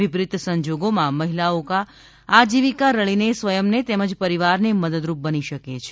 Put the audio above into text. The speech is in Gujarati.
વિપરીત સંજોગોમાં મહિલાઓ આજીવકા રળીને સ્વયંને તેમજ પરિવારને મદદરૂપ બની શકે છે